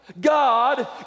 God